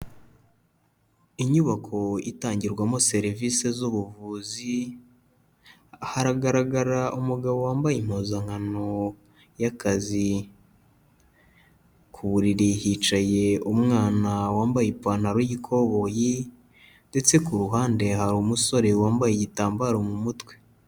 Inyubako itangirwamo serivisi z'ubuvuzi haragaragara umugabo wambaye impuzankano y'akazi, ku buriri hicaye umwana wambaye ipantaro y'ikoboyi ndetse ku ruhande hari umusore wambaye igitambaro mu mutwe.